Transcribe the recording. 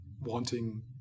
wanting